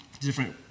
Different